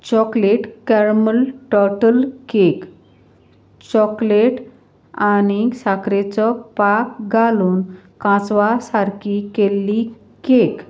chocolate caramel total cake chocolate आनी साकरेचो पाक घालून कासवा सारकी केल्ली केक